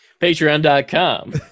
Patreon.com